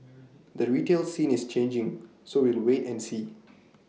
the retail scene is changing so we'll wait and see